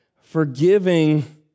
forgiving